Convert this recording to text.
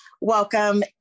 welcome